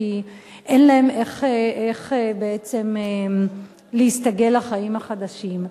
כי אין להן איך בעצם להסתגל לחיים החדשים.